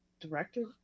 directed